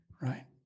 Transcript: right